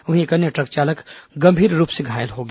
वहीं एक अन्य ट्रक चालक गंभीर रूप से घायल हो गया